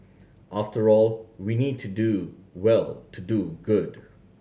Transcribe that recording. after all we need to do well to do good